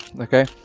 Okay